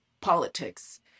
politics